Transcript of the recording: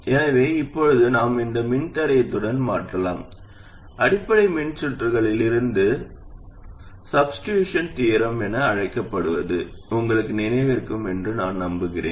எனவே இப்போது நாம் இந்த மின்தடையத்துடன் மாற்றலாம் அடிப்படை மின்சுற்றுகளில் இருந்து சாப்ஸ்டிடூஷன் தியோரம் என அழைக்கப்படுவது உங்களுக்கு நினைவிருக்கும் என்று நான் நம்புகிறேன்